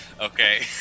Okay